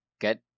get